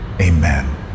Amen